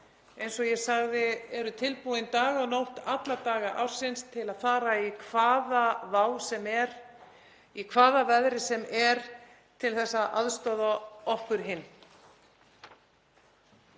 eins og ég sagði, tilbúnir dag og nótt alla daga ársins til að fara í hvaða vá sem er, í hvaða veðri sem er, til að aðstoða okkur hin.